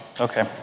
Okay